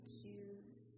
choose